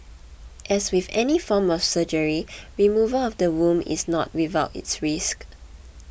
as with any form of surgery removal of the womb is not without its risk